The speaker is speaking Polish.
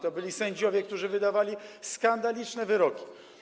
To byli sędziowie, którzy wydawali skandaliczne wyroki.